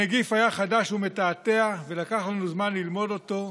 הנגיף היה חדש ומתעתע ולקח לנו זמן ללמוד אותו.